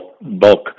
bulk